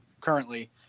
Currently